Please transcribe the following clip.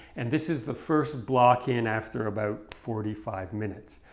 and this is the first block-in and after about forty five minutes.